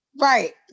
Right